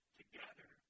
together